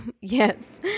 Yes